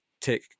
take